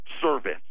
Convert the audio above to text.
service